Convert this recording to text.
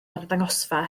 arddangosfa